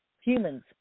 Humans